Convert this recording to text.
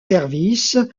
services